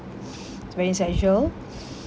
is very essential